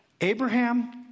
Abraham